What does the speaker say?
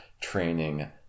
training